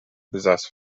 besaß